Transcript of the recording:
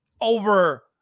over